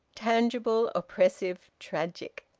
tangible, oppressive, tragic.